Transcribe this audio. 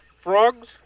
frogs